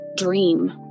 dream